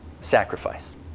sacrifice